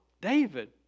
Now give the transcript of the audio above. David